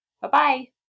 Bye-bye